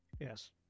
Yes